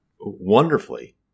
wonderfully